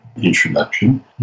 introduction